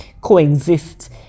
coexist